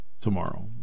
tomorrow